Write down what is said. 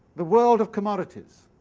the world of commodities,